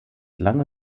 lange